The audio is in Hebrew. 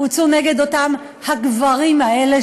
הוצאו נגד אותם הגברים האלה,